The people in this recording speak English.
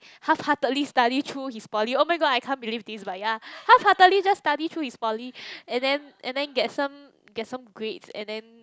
halfheartedly study through his poly oh-my-god I can't believe this but ya halfheartedly just study study through his poly and then and then get some get some grades and then